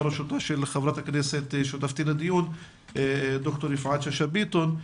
בראשותה של חברת הכנסת ד"ר יפעת שאשא ביטון,